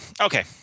Okay